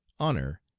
honor,